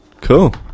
Cool